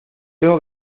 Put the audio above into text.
tengo